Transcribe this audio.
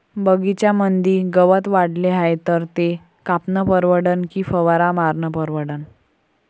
बगीच्यामंदी गवत वाढले हाये तर ते कापनं परवडन की फवारा मारनं परवडन?